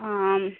ആ